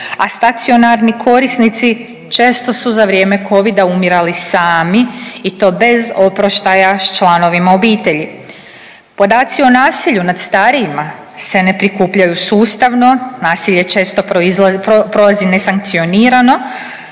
a stacionarni korisnici često su za vrijeme Covida umirali sami i to bez oproštaja s članovima obitelji. Podaci o nasilju nad starijima se ne prikupljaju sustavno. Nasilje često prolazi nesankcionirano,